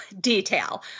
detail